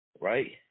right